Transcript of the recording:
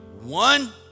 one